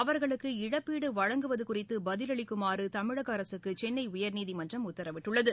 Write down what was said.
அவர்களுக்கு இழப்பீடு வழங்குவது குறித்து பதிலளிக்குமாறு தமிழக அரசுக்கு சென்னை உயர்நீதிமன்றம் உத்தரவிட்டுள்ளது